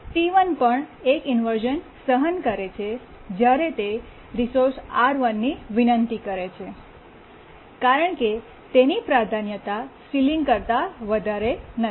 T one પણ એક inversion સહન કરે છે જ્યારે તે રિસોર્સ R1ની વિનંતી કરે છે કારણ કે તેની પ્રાધાન્યતા સીલીંગ કરતાં વધારે નથી